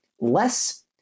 less